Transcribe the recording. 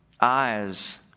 eyes